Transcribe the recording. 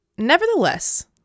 Nevertheless